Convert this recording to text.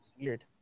weird